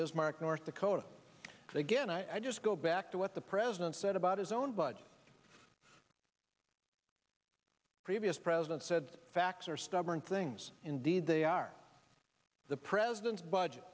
bismarck north dakota again i just go back to what the president said about his own budget previous president said facts are stubborn things indeed they are the president's budget